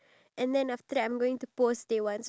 iya so